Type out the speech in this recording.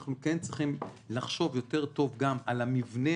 אנחנו כן צריכים לחשוב יותר טוב גם על המבנה